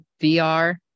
VR